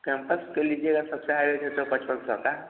campus का लीजिएगा तो छः हज़ार के तो पचपन सौ का